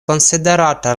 konsiderata